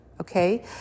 Okay